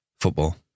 football